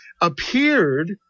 appeared